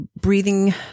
breathing